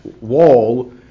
wall